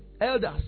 elders